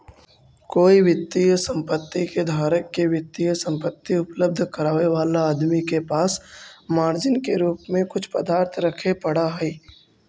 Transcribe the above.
कोई वित्तीय संपत्ति के धारक के वित्तीय संपत्ति उपलब्ध करावे वाला आदमी के पास मार्जिन के रूप में कुछ पदार्थ रखे पड़ऽ हई